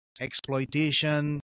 Exploitation